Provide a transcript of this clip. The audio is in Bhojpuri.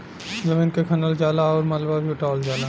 जमीन के खनल जाला आउर मलबा भी उठावल जाला